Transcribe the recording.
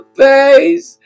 face